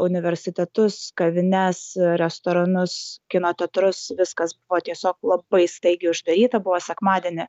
universitetus kavines restoranus kino teatrus viskas buvo tiesiog labai staigiai uždaryta buvo sekmadienį